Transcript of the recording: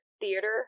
Theater